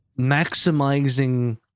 maximizing